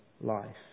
life